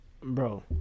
Bro